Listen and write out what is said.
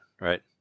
right